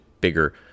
bigger